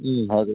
ಹ್ಞೂ ಹೌದು